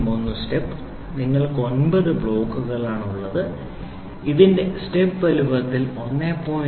001 step നിങ്ങൾക്ക് 9 ബ്ലോക്കുകളാണുള്ളത് ഇതിന്റെ സ്റ്റെപ്പ് വലുപ്പത്തിൽ 1